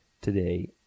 today